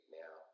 now